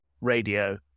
radio